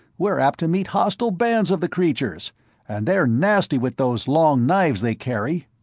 we're apt to meet hostile bands of the creatures and they're nasty with those long knives they carry!